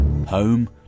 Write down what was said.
home